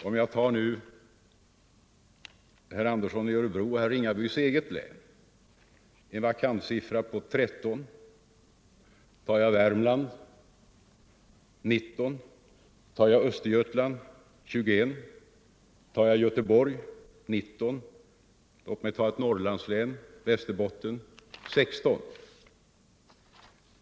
Om jag tar herr Anderssons i Örebro och herr Ringabys eget län finner jag att vakanssiffran är 13, inklusive tjänster under utannonsering. För Värmlands län är motsvarande siffra 19, för Östergötland 21 och för Göteborg 19. Låt mig också ta ett Norrlandslän, Västerbotten, där siffran är 16.